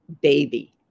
baby